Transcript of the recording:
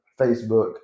Facebook